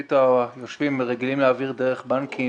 מרבית היושבים רגילים להעביר דרך הבנקים